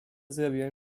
zrobiłem